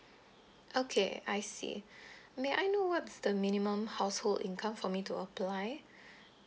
okay I see may I know what's the minimum household income for me to apply